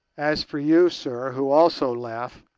as for you, sir, who also laugh,